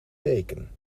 teken